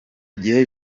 gihe